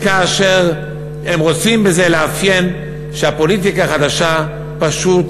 כאשר הם רוצים בזה לאפיין שהפוליטיקה החדשה פשוט